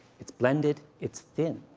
it's blended it's thin.